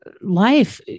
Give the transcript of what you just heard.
life